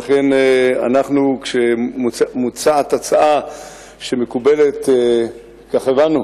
לכן, כשמוצעת הצעה שמקובלת, כך הבנו,